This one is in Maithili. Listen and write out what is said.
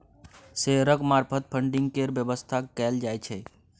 शेयरक मार्फत फडिंग केर बेबस्था कएल जाइ छै